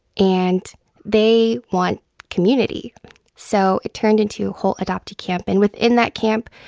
and they want community so it turned into a whole adoptee camp. and within that camp,